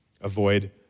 Avoid